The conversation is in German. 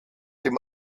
dem